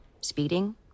Speeding